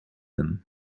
them